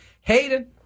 Hayden